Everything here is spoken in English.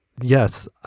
Yes